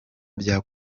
bya